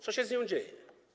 Co się z nią dzieje?